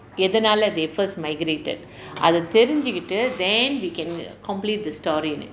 எதனால:ethanaala they first migrated அதை தெரிஞ்சுக்கிட்டு:athai therijukkittu then you can complete the story